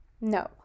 No